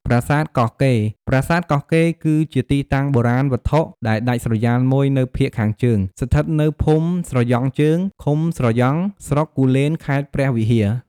ប្រាសាទកោះកេរ្តិ៍ ប្រាសាទកោះកេរ្តិ៍ គឺជាទីតាំងបុរាណវត្ថុដែលដាច់ស្រយាលមួយនៅភាគខាងជើង ស្ថិតនៅ ភូមិស្រយ៉ង់ជើង ឃុំស្រយ៉ង់ ស្រុកគូលេន ខេត្តព្រះវិហារ ។